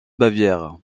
bavière